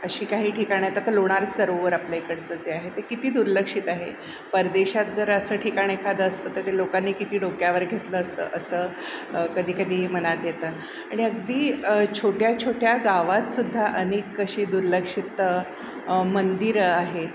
अशी काही ठिकाणं आहेत आता लोणार सरोवर आपल्या इकडचं जे आहे ते किती दुर्लक्षित आहे परदेशात जर असं ठिकाण एखादं असतं तर ते लोकांनी किती डोक्यावर घेतलं असतं असं कधी कधी मनात येतं आणि अगदी छोट्या छोट्या गावात सुद्धा अनेक अशी दुर्लक्षित मंदिर आहे